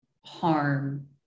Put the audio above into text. harm